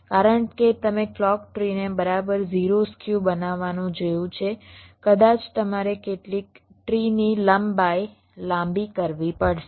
કારણ કે તમે ક્લૉક ટ્રીને બરાબર 0 સ્ક્યુ બનાવવાનું જોયું છે કદાચ તમારે કેટલીક ટ્રીની લંબાઈ લાંબી કરવી પડશે